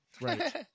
Right